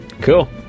cool